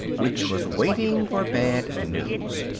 which was waiting for bad news.